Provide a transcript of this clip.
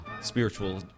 spiritual